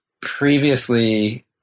previously